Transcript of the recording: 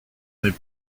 n’est